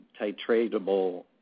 titratable